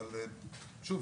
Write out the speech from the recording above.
אבל שוב,